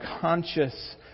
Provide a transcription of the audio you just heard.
conscious